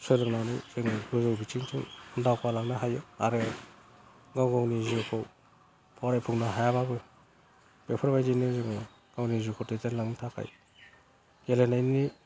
सोलोंनानै जों गोजौ बिथिंजों दावगालांनो हायो आरो गाव गावनि जिउखौ फरायफुंनो हायाबाबो बेफोरबायदिनो जोङो गावनि जिउखौ दैदेनलांनो थाखाय गेलेनायनि